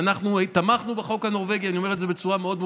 ואנחנו תמכנו בחוק הנורבגי,